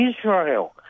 Israel